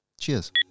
Cheers